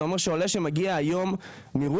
זה שעולה שמגיע מרוסיה,